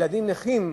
ילדים נכים,